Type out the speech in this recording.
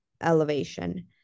elevation